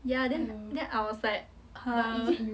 ya then then I was like !huh!